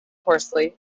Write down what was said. horsley